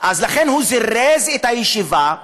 לכן הוא זירז את הישיבה,